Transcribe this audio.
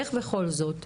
איך בכל זאת,